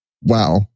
Wow